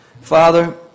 Father